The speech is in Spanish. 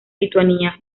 lituania